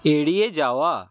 এড়িয়ে যাওয়া